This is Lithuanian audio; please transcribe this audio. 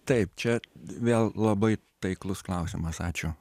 taip čia vėl labai taiklus klausimas ačiū